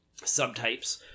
subtypes